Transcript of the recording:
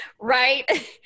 right